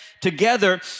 together